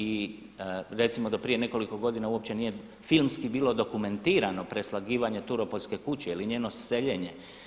I recimo do prije nekoliko godina uopće nije bilo filmski dokumentirano preslagivanje turopoljske kuće ili njeno seljenje.